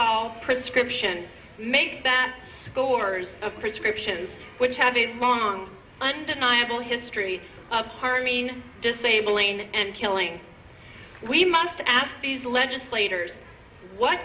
all prescription makes them scores of prescriptions which have a long undeniable history of harming disabling and killing we must ask these legislators what